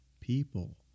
people